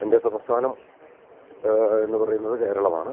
എൻ്റെ സംസ്ഥാനം എന്ന് പറയുന്നത് കേരളമാണ്